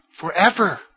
forever